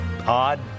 odd